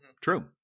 True